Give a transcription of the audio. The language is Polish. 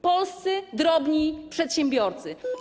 Polscy drobni przedsiębiorcy.